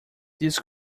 this